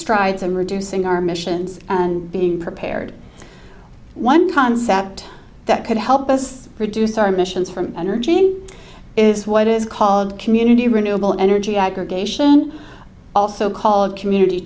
strides in reducing our missions and being prepared one concept that could help us reduce our emissions from energy in is what is called community renewable energy aggregation also called community